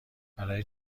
برای